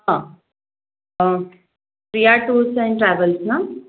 हां Riya tours and travels ना